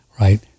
right